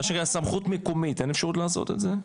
עם סמכות מקומית, אין אפשרות לעשות את זה?